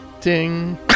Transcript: Ding